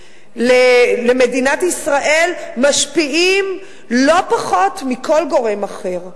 למדינת ישראל משפיעים לא פחות מכל גורם אחר,